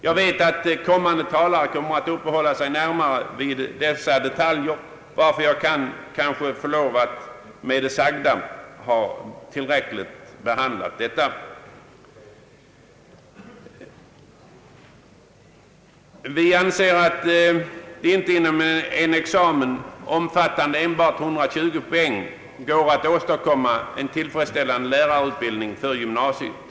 Jag vet att kommande talare avser att uppehålla sig närmare vid dessa detaljer, varför jag med det sagda tror mig ha tillräckligt behandlat denna fråga. Vi anser inte att det inom en examen omfattande enbart 120 poäng går att åstadkomma en tillfredsställande lärarutbildning för gymnasiet.